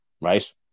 right